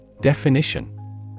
Definition